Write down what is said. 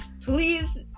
Please